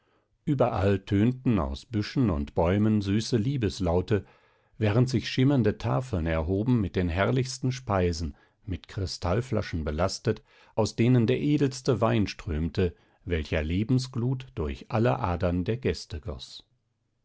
überall tönten aus büschen und bäumen süße liebeslaute während sich schimmernde tafeln erhoben mit den herrlichsten speisen mit kristallflaschen belastet aus denen der edelste wein strömte welcher lebensglut durch alle adern der gäste goß